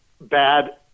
bad